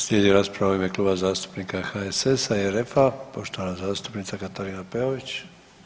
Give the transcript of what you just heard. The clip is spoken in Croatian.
Slijedi rasprava u ime Kluba zastupnika HSS-a i RF-a, poštovana zastupnica Katarina Peović.